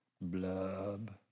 Blub